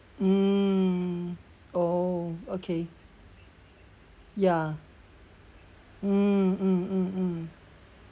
mm oh okay ya mm mm mm mm